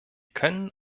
können